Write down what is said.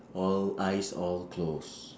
all eyes all close